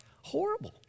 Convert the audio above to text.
horrible